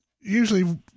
usually